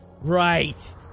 Right